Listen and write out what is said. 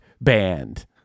band